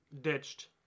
ditched